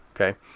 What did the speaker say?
okay